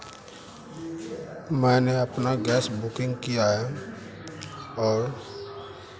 मैंने अपना gas booking किया है और